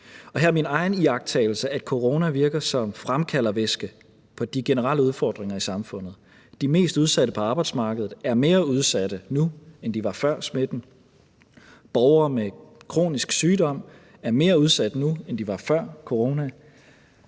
her er min egen iagttagelse, at corona virker som fremkaldervæske på de generelle udfordringer i samfundet. De mest udsatte på arbejdsmarkedet er mere udsatte nu, end de var før smitten. Borgere med kronisk sygdom er mere udsatte nu, end de var før corona.